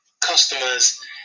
customers